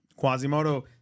Quasimodo